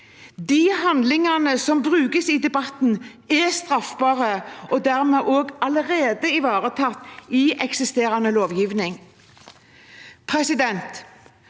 De handlingene som vises til i debatten, er straffbare, og dermed også allerede ivaretatt i eksisterende lovgivning. Kristelig